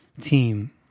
team